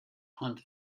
hunt